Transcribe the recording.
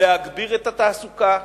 להגביר את התעסוקה,